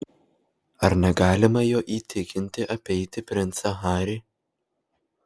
ar negalima jo įtikinti apeiti princą harį